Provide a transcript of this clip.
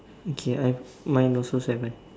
okay I have mine also seven